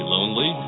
lonely